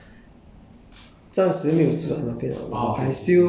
uh 我可以住在那边可是我